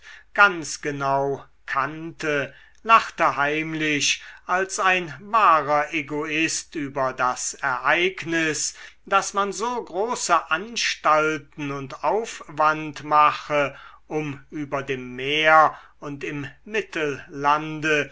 ganz genau kannte lachte heimlich als ein wahrer egoist über das ereignis daß man so große anstalten und aufwand mache um über dem meer und im